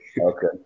okay